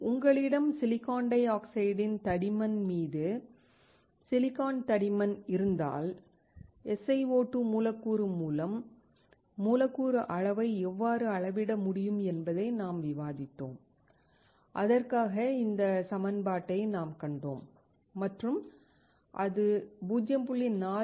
உங்களிடம் silicon di ஆக்சைட்டின் தடிமன் மீது சிலிக்கான் தடிமன் இருந்தால் SiO2 மூலக்கூறு மூலம் மூலக்கூறு அளவை எவ்வாறு அளவிட முடியும் என்பதை நாம் விவாதித்தோம் அதற்காக இந்த சமன்பாட்டை நாம் கண்டோம் மற்றும் அது 0